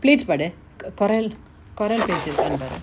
plates பாடு:paadu ko~ corel corel plates இருக்கானு பாரு:irukanu paru